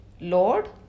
Lord